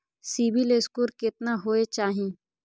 CIBIL score केतना होय चाही?